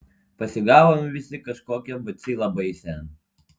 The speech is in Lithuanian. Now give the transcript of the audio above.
pasigavom visi kažkokią bacilą baisią